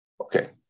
Okay